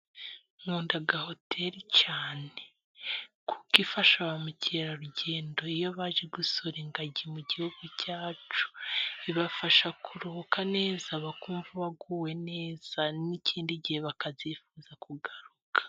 nkunda hotel cyane. Kuko ifasha ba mukerarugendo iyo baje gusura ingagi mu gihugu cyacu. Bibafasha kuruhuka neza, bakumva baguwe neza n'ikindi gihe bakazifuza kugaruka.